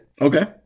Okay